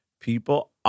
People